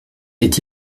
est